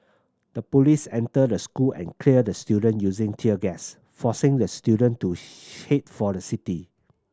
the police entered the school and cleared the student using tear gas forcing the student to head for the city